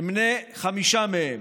אמנה חמישה מהם: